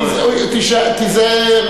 תיזהר.